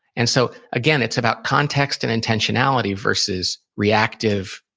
and so, again, it's about context and intentionality versus reactive,